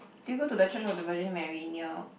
do you go to the church of the virgin Mary near